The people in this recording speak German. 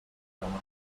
gemacht